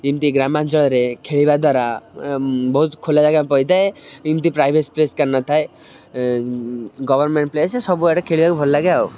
ଏମିତି ଗ୍ରାମାଞ୍ଚଳରେ ଖେଳିବା ଦ୍ୱାରା ବହୁତ ଖୋଲା ଜାଗା ପାଇଥାଏ ଏମିତି ପ୍ରାଇଭେଟ ସ୍ପେସ୍ କାହାରନଥାଏ ଗଭର୍ଣ୍ଣମେଣ୍ଟ ପ୍ଲେସ୍ ସବୁଆଡ଼େ ଖେଳିବାକୁ ଭଲ ଲାଗେ ଆଉ